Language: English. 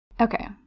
Okay